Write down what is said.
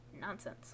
nonsense